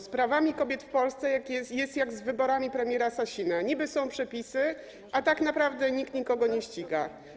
Ze sprawami kobiet w Polsce jest jak z wyborami premiera Sasina: niby są przepisy, a tak naprawdę nikt nikogo nie ściga.